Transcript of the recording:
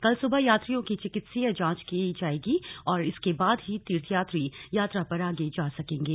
कल सुबह यात्रियों की चिकित्सीय जांच की जाएगी और इसके बाद ही तीर्थयात्री यात्रा पर आगे जा सकेंगे